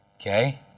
Okay